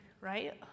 right